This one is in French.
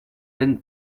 peines